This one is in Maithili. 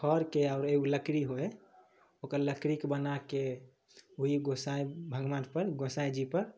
खरके आओर एगो लकड़ी होइ हइ ओकर लकड़ीके बनाके वएह गोसाइ भगवानपर गोसाइँजीपर